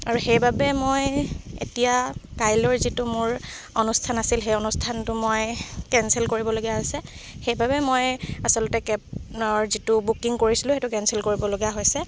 আৰু সেইবাবে মই এতিয়া কাইলৈৰ যিটো মোৰ অনুষ্ঠান আছিল সেই অনুষ্ঠানটো মই কেঞ্চেল কৰিবলগীয়া হৈছে সেই বাবে মই আচলতে কেব নৰ যিটো বুকিং কৰিছিলোঁ সেইটো কেঞ্চেল কৰিবলগীয়া হৈছে